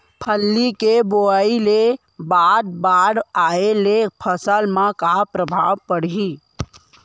फल्ली के बोआई के बाद बाढ़ आये ले फसल मा का प्रभाव पड़ही?